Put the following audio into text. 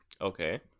Okay